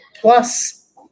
Plus